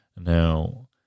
Now